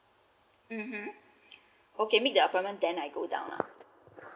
mmhmm okay make the appointment then I go down ah